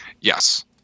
Yes